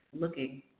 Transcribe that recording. looking